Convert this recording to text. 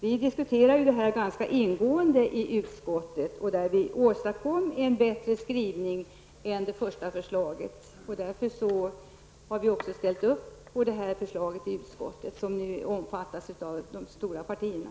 Vi hade ganska ingående diskussioner i utskottet som resulterade i en bättre skrivning än vad det första förslaget innehöll. Därför ställer vi oss bakom utskottets förslag, som nu omfattas också av de stora partierna.